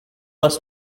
was